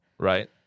Right